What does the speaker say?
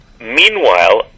Meanwhile